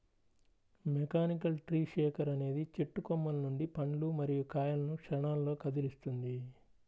mechanical tree shaker అనేది చెట్టు కొమ్మల నుండి పండ్లు మరియు కాయలను క్షణాల్లో కదిలిస్తుంది